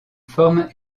forme